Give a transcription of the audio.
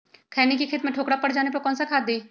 खैनी के खेत में ठोकरा पर जाने पर कौन सा खाद दी?